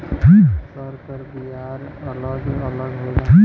सब कर बियाज अलग अलग होला